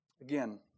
Again